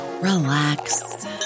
relax